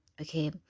okay